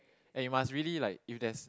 and you must really like if there's